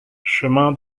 chemin